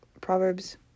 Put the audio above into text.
Proverbs